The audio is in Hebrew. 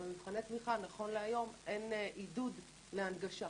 במבחני תמיכה נכון להיום אין עידוד להנגשה,